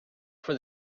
for